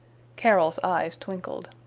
carol's eyes twinkled.